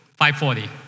5.40